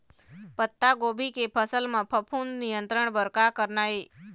पत्तागोभी के फसल म फफूंद नियंत्रण बर का करना ये?